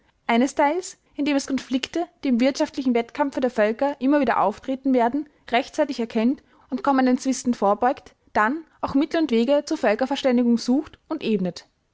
einesteils indem es konflikte die im wirtschaftlichen wettkampfe der völker immer wieder auftreten werden rechtzeitig erkennt und kommenden zwisten vorbeugt dann auch mittel und wege zur völkerverständigung sucht und ebnet